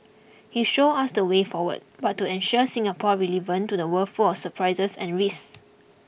he showed us the way forward how to ensure Singapore's relevance to the world full of surprises and risks